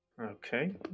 Okay